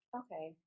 okay